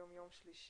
היום יום שלישי,